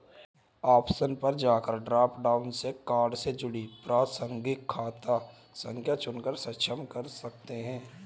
option पर जाकर drop down से कार्ड से जुड़ी प्रासंगिक खाता संख्या चुनकर सक्षम कर सकते है